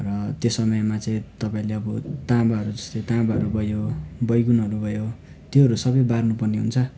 र त्यो समयमा चाहिँ तपाईँले अब तामाहरू जस्तै तामाहरू भयो बैगुनहरू भयो त्योहरू सबै बार्नुपर्ने हुन्छ